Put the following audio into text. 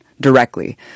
directly